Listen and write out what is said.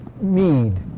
need